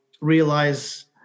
realize